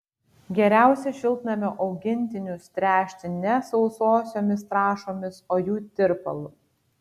geriausia šiltnamio augintinius tręšti ne sausosiomis trąšomis o jų tirpalu